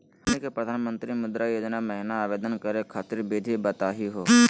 हमनी के प्रधानमंत्री मुद्रा योजना महिना आवेदन करे खातीर विधि बताही हो?